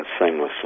seamlessly